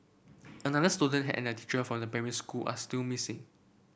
another student and a teacher from the primary school are still missing